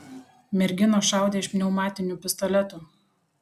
merginos šaudė iš pneumatinių pistoletų